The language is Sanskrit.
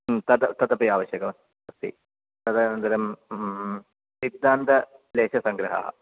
तद् तदपि आवश्यकम् अस्ति तदनन्तरं सिद्धान्तलेशसङ्ग्रहः